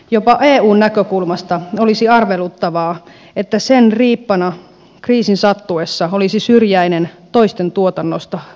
jopa eun näkökulmasta olisi arveluttavaa että sen riippana kriisin sattuessa olisi syrjäinen toisten tuotannosta riippuva suomi